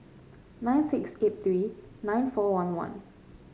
nine six eight three nine four one one